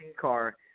car